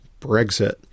Brexit